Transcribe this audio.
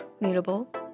mutable